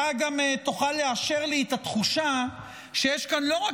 אתה גם תוכל לאשר לי את התחושה שיש כאן לא רק